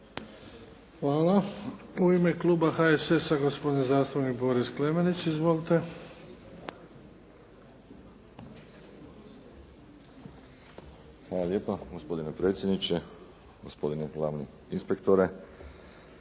Hvala. U ime kluba HSS-a, gospodin zastupnik Boris Klemenić. Izvolite. **Klemenić, Boris (HSS)** Hvala lijepa gospodine predsjedniče, gospodine glavni inspektore.